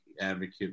advocate